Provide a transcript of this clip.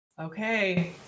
Okay